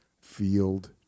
Field